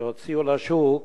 שהוציאו לשוק,